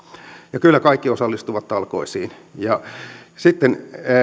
ja kyllä kaikki osallistuvat talkoisiin sitten